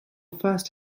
first